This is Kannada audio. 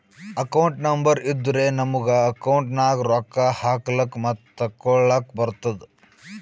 ಅಕೌಂಟ್ ನಂಬರ್ ಇದ್ದುರೆ ನಮುಗ ಅಕೌಂಟ್ ನಾಗ್ ರೊಕ್ಕಾ ಹಾಕ್ಲಕ್ ಮತ್ತ ತೆಕ್ಕೊಳಕ್ಕ್ ಬರ್ತುದ್